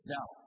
Now